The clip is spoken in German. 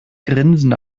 grinsen